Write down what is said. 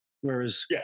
Whereas